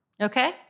Okay